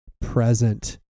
present